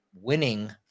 winning